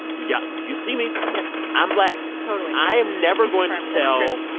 yeah you see me yeah i'm black totally i am never going to and tell.